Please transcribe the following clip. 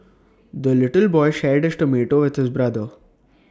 the little boy shared his tomato with his brother